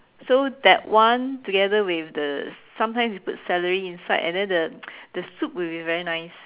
so that one together with the sometimes you put celery inside and then the the soup will be very nice